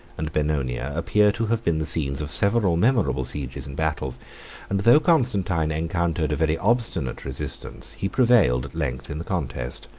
and benonia, appear to have been the scenes of several memorable sieges and battles and though constantine encountered a very obstinate resistance, he prevailed at length in the contest,